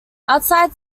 outside